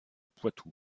poitou